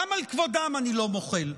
גם על כבודן אני לא מוחל.